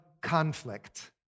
conflict